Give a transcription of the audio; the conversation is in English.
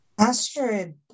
Astrid